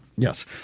Yes